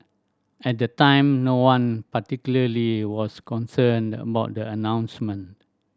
at the time no one particularly was concerned about the announcement